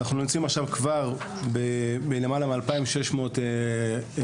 אנחנו יוצאים עכשיו כבר למעלה מ-2,600 רישיונות.